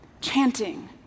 chanting